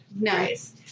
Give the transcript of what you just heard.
nice